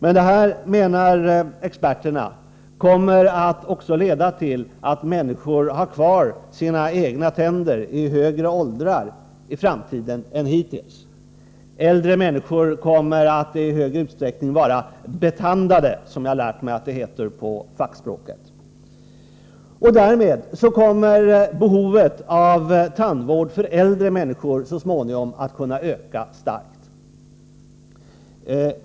Experterna menar att detta också kommer att leda till att människor i framtiden har kvar sina egna tänder i högre åldrar än hittills. Äldre människor kommer i större utsträckning att vara ”betandade”, som det heter på fackspråk. Därmed kommer så småningom behovet av tandvård för äldre människor att öka starkt.